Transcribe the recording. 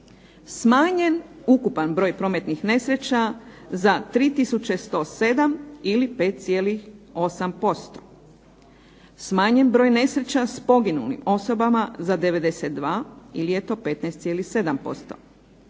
smanjen ukupan broj prometnih nesreća za 3 tisuće 107 ili 5,8%. Smanjen broj nesreća s poginulim osobama za 92 ili eto 15,7%.